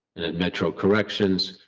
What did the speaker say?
and at metro corrections,